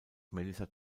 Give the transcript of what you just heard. melissa